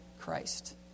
Christ